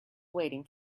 waiting